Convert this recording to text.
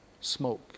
Smoke